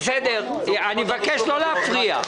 אני מבקש לא להפריע.